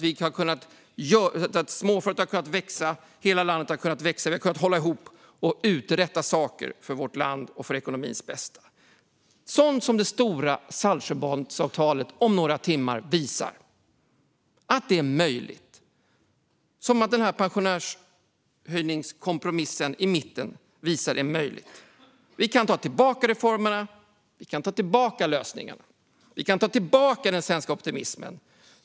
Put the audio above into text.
De har gjort att småföretag och hela landet har kunnat växa. Vi har kunnat hålla ihop och uträtta saker för vårt lands och ekonomins bästa. Det stora Saltsjöbadsavtalet som sluts om några timmar visar att sådant är möjligt. Pensionshöjningskompromissen i mitten visar att det är möjligt. Vi kan ta tillbaka reformerna, och vi kan ta tillbaka lösningen. Vi kan ta tillbaka den svenska optimismen.